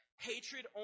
hatred